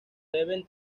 deben